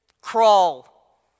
crawl